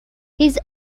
his